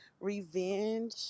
revenge